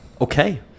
Okay